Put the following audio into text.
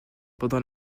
pendant